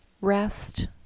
rest